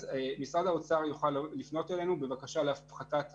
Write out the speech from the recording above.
אז משרד האוצר יוכל לפנות אלינו בבקשה להפחתת המקדמות.